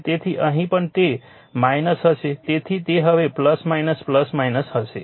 તેથી અહીં પણ તે હશે તેથી તે હવે હશે